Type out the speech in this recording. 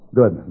Good